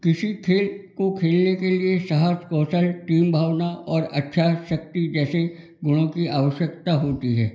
किसी खेल को खेलने के लिए साहस कौशल टीम भावना और इच्छा शक्ति जैसे गुणों की आवश्यकता होती है